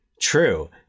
True